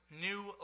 new